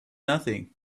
nothing